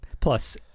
Plus